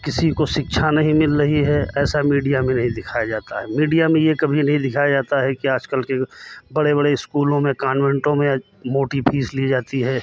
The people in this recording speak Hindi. किसी को शिक्षा नहीं मिल रही है ऐसा मीडिया में नहीं दिखाया जाता है मीडिया में ये कभी नहीं दिखाया जाता है कि आजकल के बड़े बड़े स्कूलों में कान्वेंटों में मोटी फीस ली जाती है